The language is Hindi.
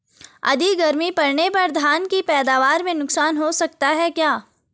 अधिक गर्मी पड़ने पर धान की पैदावार में नुकसान हो सकता है क्या?